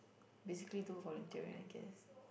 basically do volunteering I guess